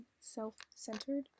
self-centered